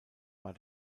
war